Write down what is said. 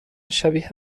شبیه